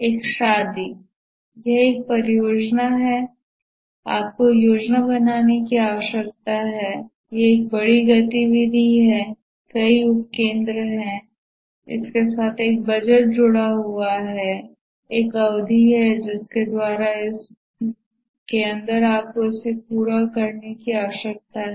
एक शादी यह एक परियोजना है आपको योजना बनाने की आवश्यकता है यह एक बड़ी गतिविधि है कई उपकेंद्र हैं इसके साथ एक बजट जुड़ा हुआ है एक अवधि है जिसके द्वारा इसे पूरा करने की आवश्यकता है